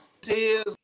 tears